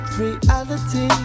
reality